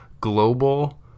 global